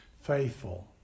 faithful